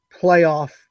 playoff